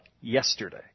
yesterday